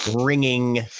ringing